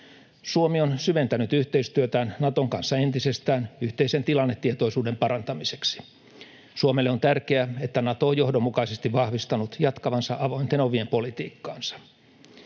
Suomi on syventänyt yhteistyötään Naton kanssa entisestään yhteisen tilannetietoisuuden parantamiseksi. Suomelle on tärkeää, että Nato on johdonmukaisesti vahvistanut jatkavansa avointen ovien politiikkaansa.